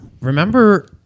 remember